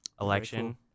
election